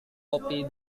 kopi